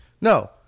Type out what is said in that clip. No